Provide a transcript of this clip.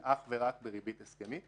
זה אך ורק בריבית הסכמית?